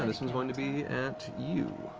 going to be at you.